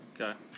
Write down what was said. Okay